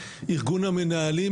ארגון המנהלים,